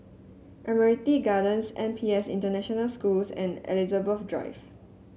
Admiralty Gardens N P S International Schools and Elizabeth Drive